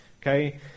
okay